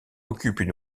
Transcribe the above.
occupent